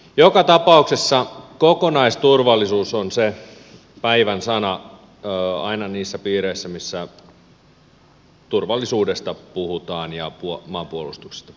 joka tapauksessa kokonaisturvallisuus on se päivän sana aina niissä piireissä missä turvallisuudesta ja maanpuolustuksesta puhutaan